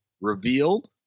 revealed